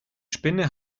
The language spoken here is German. spinne